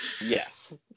Yes